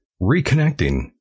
reconnecting